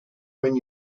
when